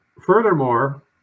furthermore